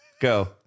Go